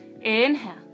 Inhale